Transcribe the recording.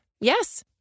Yes